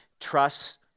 trust